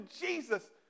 Jesus